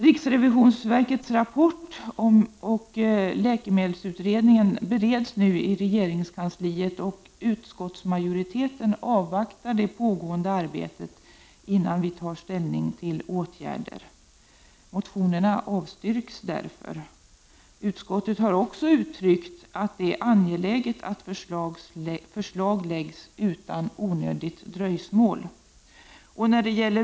Riksrevisonsverkets rapport och läkemedelsutredningens betänkande behandlas nu i regeringskansliet, och utskottsmajoriteten avvaktar det pågående arbetet, innan vi tar ställning till åtgärder. Motionerna avstyrks därför. Utskottet har också uttryckt att det är angeläget att förslag läggs fram utan onödigt dröjsmål.